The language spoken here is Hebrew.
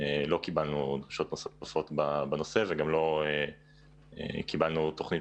לא קיבלנו בקשות נוספות בנושא וגם לא קיבלנו תוכנית